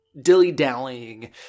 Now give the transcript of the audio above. dilly-dallying